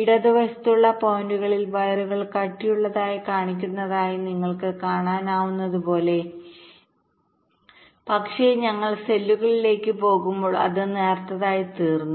ഇടതുവശത്തുള്ള പോയിന്റുകളിൽ വയറുകൾ കട്ടിയുള്ളതായി കാണിക്കുന്നതായി നിങ്ങൾക്ക് കാണാനാകുന്നതുപോലെ പക്ഷേ ഞങ്ങൾ സെല്ലുകളിലേക്ക് പോകുമ്പോൾ അത് നേർത്തതായിത്തീർന്നു